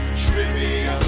trivia